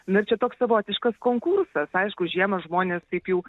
nu ir čia toks savotiškas konkursas aišku žiemą žmonės taip jau